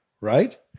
right